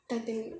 titanic